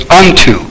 unto